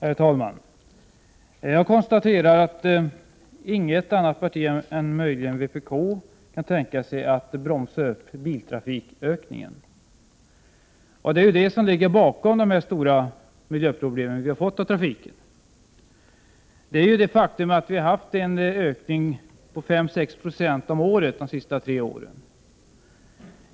Herr talman! Jag konstaterar att inget annat parti än möjligen vpk kan tänka sig att bromsa upp biltrafikökningen. Det är denna ökning som ligger bakom de stora miljöproblem vi fått av trafiken. Det är ett faktum att vi har haft en trafikökning på 5—6 96 om året de senaste tre åren.